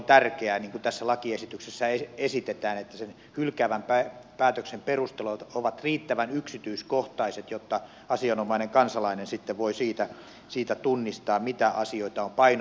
niin kuin tässä lakiesityksessä esitetään että sen hylkäävän päätöksen perustelut ovat riittävän yksityiskohtaiset jotta asianomainen kansalainen sitten voi siitä tunnistaa mitä asioita on painotettu